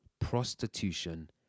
prostitution